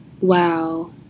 wow